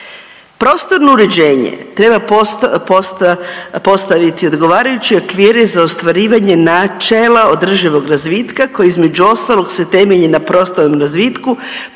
Prostorno uređenje treba postaviti odgovarajuće okvire za ostvarivanje načela održivog razvitka koji između ostalog se temelji na prostornom razvitku, planerskoj